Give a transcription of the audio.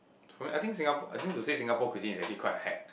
true eh I think Singapore I think to say Singapore cuisine is actually quite hacked